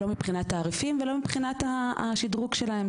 לא מבחינת תעריפים ולא מבחינת השדרוג שלהם.